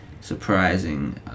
surprising